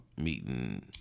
meeting